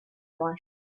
var